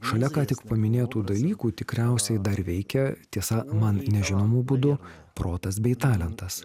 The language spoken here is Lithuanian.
šalia ką tik paminėtų dalykų tikriausiai dar veikia tiesa man nežinomu būdu protas bei talentas